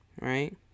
Right